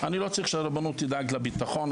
אני לא צריך שהרבנות תדאג לביטחון,